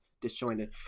disjointed